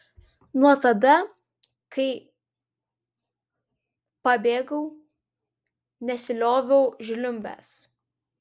nuo tada kai pabėgau nesilioviau žliumbęs